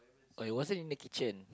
oh he wasn't in the kitchen